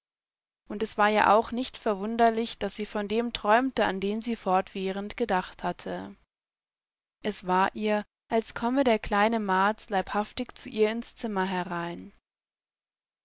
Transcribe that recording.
und es war ja auch nicht verwunderlich daßsievondemträumte andensiefortwährendgedachthatte es war ihr als komme der kleine mads leibhaftig zu ihr ins zimmer herein